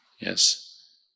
Yes